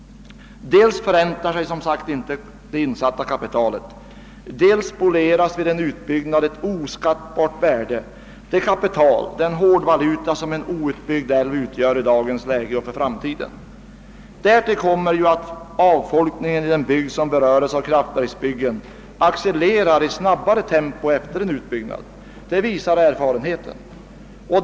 Dels förräntar sig som sagt inte det insatta kapitalet, dels spolieras vid en utbyggnad ett oskattbart värde och det kapital, den hårdvaluta som en outbyggd älv utgör i dagens läge och för framtiden. Därtill kommer att avfolkningen i en bygd som beröres av kraftverksbyggen accelererar i snabbare tempo efter en utbyggnad; det visar erfarenheten.